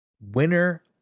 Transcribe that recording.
Winner